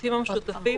השירותים המשותפים